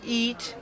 eat